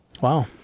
wow